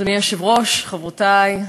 אדוני היושב-ראש, חברותי,